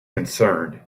concerned